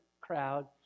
crowd